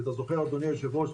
אם אתה זוכר אדוני היו"ר,